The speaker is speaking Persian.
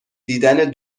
دیدن